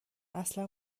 اصلا